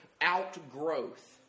outgrowth